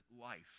life